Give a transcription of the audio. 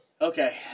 Okay